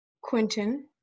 Quinton